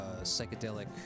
psychedelic